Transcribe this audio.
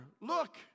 Look